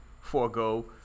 forego